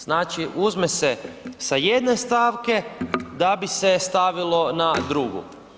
Znači uzme se sa jedne stavke da bi se stavilo na drugu.